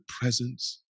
presence